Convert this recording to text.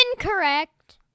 Incorrect